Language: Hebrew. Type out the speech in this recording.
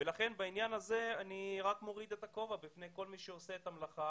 לכן בעניין הזה אני מוריד את הכובע בפני כל מי שעושה את המלאכה